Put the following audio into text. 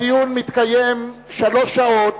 הדיון מתקיים שלוש שעות,